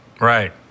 Right